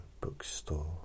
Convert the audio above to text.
bookstore